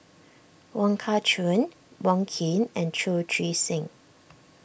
Wong Kah Chun Wong Keen and Chu Chee Seng